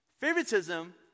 Favoritism